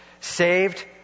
Saved